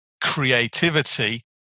creativity